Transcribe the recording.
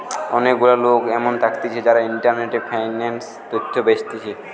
অনেক গুলা লোক এমন থাকতিছে যারা ইন্টারনেটে ফিন্যান্স তথ্য বেচতিছে